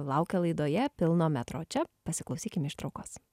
laukia laidoje pilno metro o čia pasiklausykim ištraukos